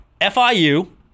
FIU